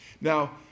Now